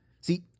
See